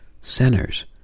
sinners